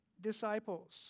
Disciples